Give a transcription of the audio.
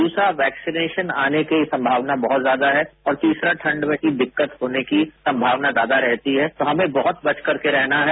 दूसरा वैक्सीनेशन आने की संभावना बहुत ज्यादा है और तीसरा ठंड में दिक्कत होने की संभावना ज्यादा रहती है तो हमें बहुत बच करके रहना है